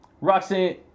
Roxanne